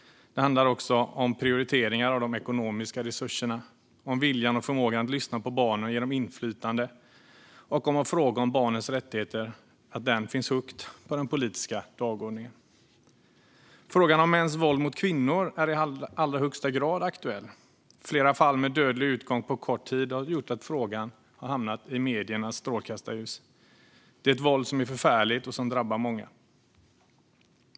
Det handlar också om prioriteringar av de ekonomiska resurserna, om viljan och förmågan att lyssna på barnen och ge dem inflytande och om att frågan om barnens rättigheter ska finnas högt upp på den politiska dagordningen. Frågan om mäns våld mot kvinnor är i allra högsta grad aktuell. Flera fall med dödlig utgång på kort tid har gjort att frågan hamnat i mediernas strålkastarljus. Det är ett våld som är förfärligt och som drabbar många.